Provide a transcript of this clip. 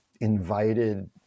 invited